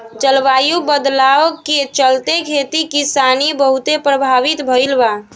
जलवायु बदलाव के चलते, खेती किसानी बहुते प्रभावित भईल बा